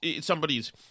somebody's